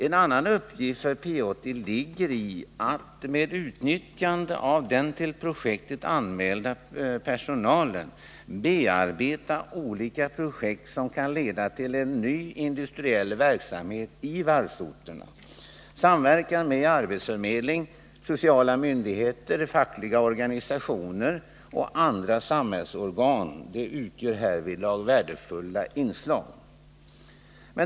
En annan uppgift för P 80 ligger i att, med utnyttjande av den till projektet anmälda personalen, bearbeta olika förslag som kan leda till en ny industriell verksamhet vid varvsorterna. Samverkan med arbetsförmedling, sociala myndigheter, fackliga organisationer och andra samhällsorgan utgör härvid värdefulla inslag.